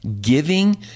giving